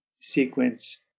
sequence